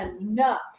enough